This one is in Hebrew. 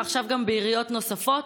ועכשיו גם מול עיריות נוספות.